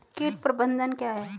कीट प्रबंधन क्या है?